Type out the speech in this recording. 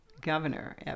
governor